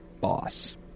boss